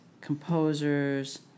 composers